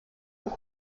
und